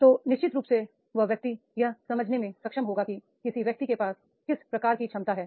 तो निश्चित रूप से वह व्यक्ति यह समझने में सक्षम होगा कि किसी व्यक्ति के पास किस प्रकार की क्षमता है